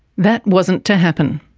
that wasn't to happen.